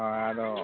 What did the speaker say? ᱦᱳᱭ ᱟᱫᱚ